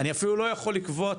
אני אפילו לא יכול לקבוע תור.